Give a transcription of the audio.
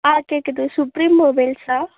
ஆ கேட்குது சுப்ரீம் மொபைல்ஸா